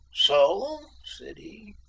so! said he.